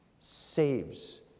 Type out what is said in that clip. saves